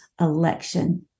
election